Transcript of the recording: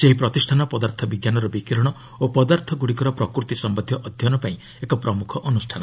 ସେହି ପ୍ରତିଷ୍ଠାନ ପଦାର୍ଥ ବିଜ୍ଞାନର ବିକିରଣ ଓ ପଦାର୍ଥଗୁଡ଼ିକର ପ୍ରକୃତି ସମନ୍ଧୀୟ ଅଧ୍ୟୟନପାଇଁ ଏକ ପ୍ରମୁଖ ଅନୁଷ୍ଠାନ